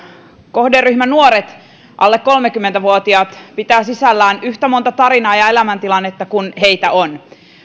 kohderyhmä nuoret alle kolmekymmentä vuotiaat pitää sisällään yhtä monta tarinaa ja elämäntilannetta kuin heitä on